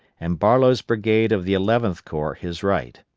and barlow's brigade of the eleventh corps his right.